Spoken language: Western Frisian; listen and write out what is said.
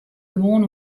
gewoan